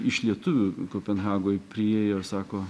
iš lietuvių kopenhagoj priėjo sako